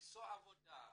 מציאת עבודה,